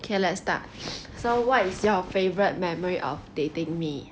K let's start so what is your favourite memory of dating me